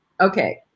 Okay